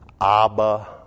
Abba